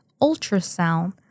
ultrasound